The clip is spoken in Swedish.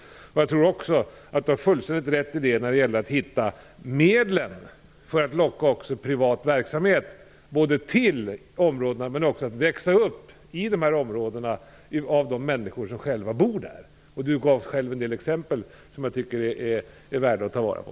Jag tror att Juan Fonseca har fullständigt rätt när det gäller att hitta medlen för att locka privat verksamhet till områdena, men även för att få den att växa upp i dessa områden genom de människor som själva bor där. Han gav också en del exempel som jag tycker är värda att ta vara på.